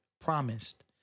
promised